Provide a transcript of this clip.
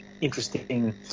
interesting